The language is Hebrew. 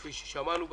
כפי ששמענו בסקירה,